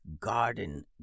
garden